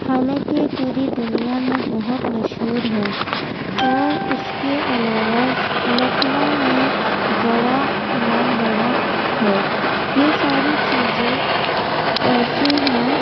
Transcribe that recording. حالاں کہ پوری دنیا میں بہت مشہور ہے اور اس کے علاوہ لکھنؤ میں بڑا امام باڑہ ہے یہ ساری چیزیں ایسی ہیں